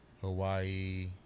Hawaii